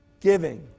giving